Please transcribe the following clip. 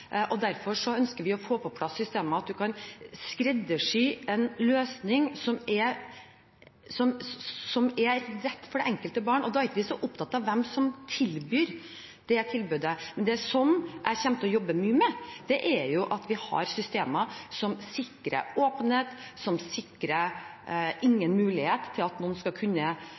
har. Derfor ønsker vi å få på plass systemer der man kan skreddersy en løsning som er rett for det enkelte barn. Da er ikke vi så opptatt av hvem som gir det tilbudet. Men det jeg kommer til å jobbe mye med, er at vi har systemer som sikrer åpenhet, som sikrer at det ikke er noen mulighet for at noen skal kunne